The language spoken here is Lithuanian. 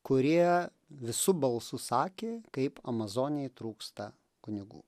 kurie visu balsu sakė kaip amazonijai trūksta kunigų